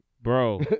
Bro